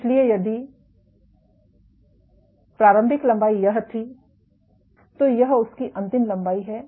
इसलिए यदि प्रारंभिक लंबाई यह थी तो यह उसकी अंतिम लंबाई यह है